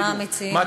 מה שרוצים המציעים.